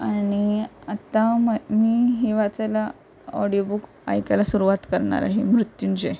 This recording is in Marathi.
आणि आत्ता म मी हे वाचायला ऑडिओ बुक ऐकायला सुरवात करणार आहे मृत्युंचे